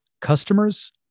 customers